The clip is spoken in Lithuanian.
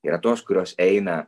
yra tos kurios eina